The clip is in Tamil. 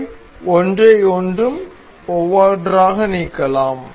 அவை ஒவ்வொன்றையும் ஒவ்வொன்றாக நீக்கலாம்